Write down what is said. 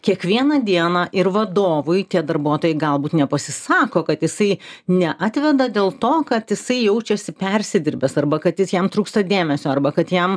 kiekvieną dieną ir vadovui tie darbuotojai galbūt nepasisako kad jisai neatveda dėl to kad jisai jaučiasi persidirbęs arba kad jis jam trūksta dėmesio arba kad jam